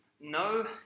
No